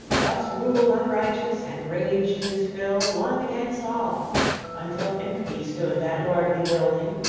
thus ruled unrighteous and raged his fill one against all until empty stood that lordly building,